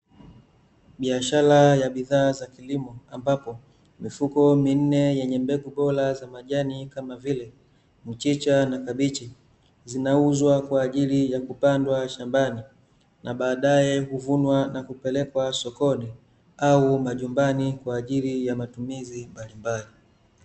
Biashara ya bidhaa za kilimo ambapo, mifuko minne yenye mbegu bora za majani kama vile, mchicha na kabichi, zinauzwa kwaajili ya kupandwa shambani, na baadae huvunwa na kupelekwa sokoni, au majumbani kwaajili ya matumizi mbalimbali.